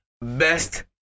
best